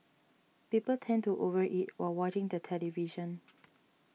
people tend to over eat while watching the television